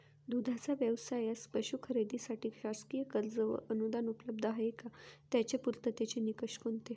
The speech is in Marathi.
दूधाचा व्यवसायास पशू खरेदीसाठी शासकीय कर्ज व अनुदान उपलब्ध आहे का? त्याचे पूर्ततेचे निकष कोणते?